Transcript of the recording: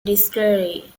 distillery